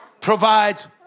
provides